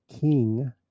king